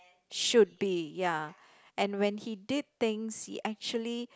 should be ya and when he did things he actually